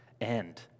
end